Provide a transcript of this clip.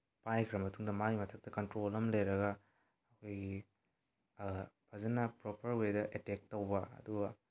ꯄꯥꯏꯈ꯭ꯔ ꯃꯇꯨꯡꯗ ꯃꯥꯏ ꯃꯊꯛꯇ ꯀꯟꯇ꯭ꯔꯣꯜ ꯑꯃ ꯂꯩꯔꯒ ꯑꯩꯈꯣꯏꯒꯤ ꯐꯖꯅ ꯄ꯭ꯔꯣꯄꯔ ꯋꯦꯗ ꯑꯦꯠꯇꯦꯛ ꯇꯧꯕ ꯑꯗꯨꯒ